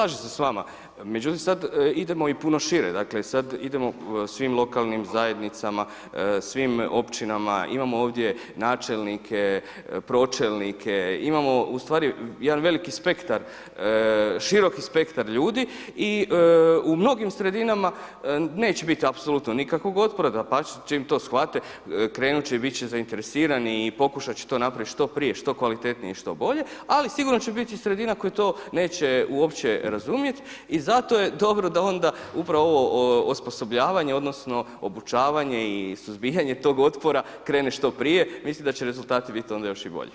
Slažem se s vama, međutim sad idemo puno šire, dakle sad idemo svim lokalnim zajednicama, svim općinama, imamo ovdje načelnike, pročelnike, imamo ustvari jedan veliki spektar, široki spektar ljudi i u mnogim sredinama neće biti apsolutno nikakvog otpora, dapače, čim to shvate krenut će i bit će zainteresirani i pokušat će to napraviti i pokušat će napraviti što prije, što kvalitetnije, što bolje ali sigurno će biti sredine koja to neće uopće razumjeti i zato je dobro da onda upravo ovo osposobljavanje odnosno obučavanje i suzbijanje tog otpora krene što prije, mislim da će rezultati biti onda još i bolji.